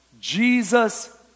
Jesus